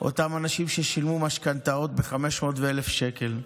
אותם אנשים ששילמו יותר משכנתאות ב-500 ו-1,000 שקל.